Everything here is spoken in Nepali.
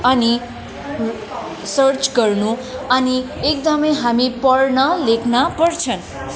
अनि सर्च गर्नु अनि एकदमै हामी पढ्न लेख्न पर्छन्